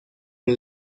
por